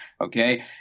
Okay